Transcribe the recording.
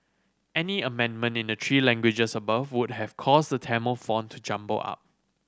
any amendment in the three languages above would have caused the Tamil font to jumble up